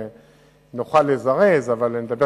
מהיישוב נחם עד לצומת האלה.